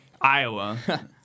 Iowa